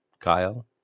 kyle